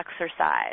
exercise